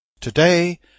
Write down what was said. Today